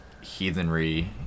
heathenry